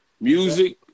Music